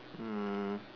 mm